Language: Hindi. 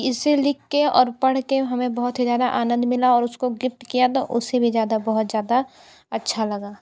इसे लिख के और पढ़ के हमे बहुत ही ज़्यादा आनंद मिला और उसको गिफ्ट किया तो उसे भी ज़्यादा बहुत ज़्यादा अच्छा लगा